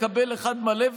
תקבל אחד מלא,